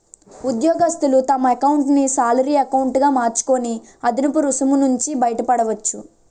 ఉద్యోగస్తులు తమ ఎకౌంటును శాలరీ ఎకౌంటు గా మార్చుకొని అదనపు రుసుము నుంచి బయటపడవచ్చు